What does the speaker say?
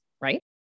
right